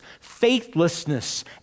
faithlessness